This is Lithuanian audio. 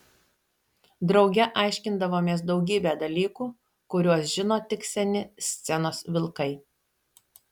drauge aiškindavomės daugybę dalykų kuriuos žino tik seni scenos vilkai